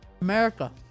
America